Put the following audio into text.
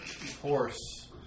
horse